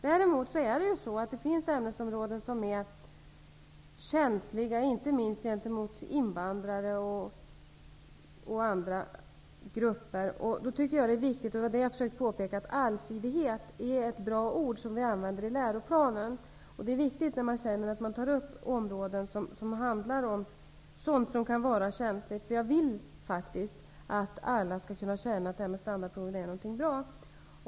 Däremot finns det ämnesområden som är känsliga, inte minst med tanke på invandrare och andra grupper. Allsidighet är ett bra ord som används i Läroplanen. Allsidigheten är viktig när man tar upp sådana områden som kan vara känsliga. Jag vill nämligen att alla skall kunna känna att detta med standardprov är någonting bra.